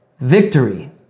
Victory